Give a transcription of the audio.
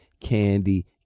Candy